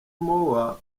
moore